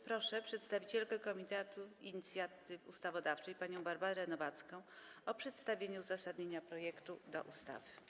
Proszę przedstawicielkę Komitetu Inicjatywy Ustawodawczej panią Barbarę Nowacką o przedstawienie uzasadnienia projektu ustawy.